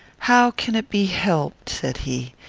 how can it be helped? said he.